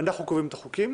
אנחנו קובעים את החוקי,